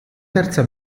terza